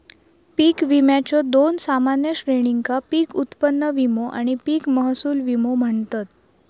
पीक विम्याच्यो दोन सामान्य श्रेणींका पीक उत्पन्न विमो आणि पीक महसूल विमो म्हणतत